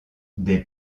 des